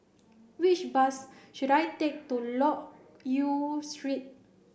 which bus should I take to Loke Yew Street